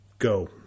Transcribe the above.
go